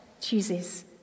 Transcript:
chooses